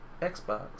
Xbox